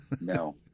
No